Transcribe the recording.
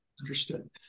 Understood